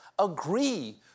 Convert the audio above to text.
agree